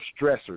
stressors